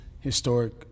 historic